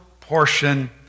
portion